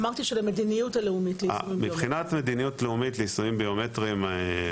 אמרתי "של המדיניות הלאומית ליישומים ביומטריים".